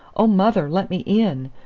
oh, mother, let me in!